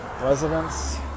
residents